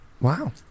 Wow